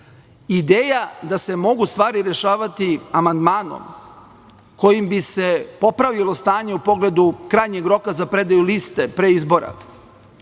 da se mogu stvari rešavati amandmanom kojim bi se popravilo stanje u pogledu krajnjeg roka za predaju liste pre izbora,